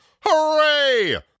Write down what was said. Hooray